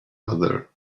other